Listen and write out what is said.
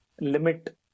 limit